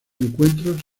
encuentros